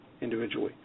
individually